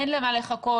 אין למה לחכות.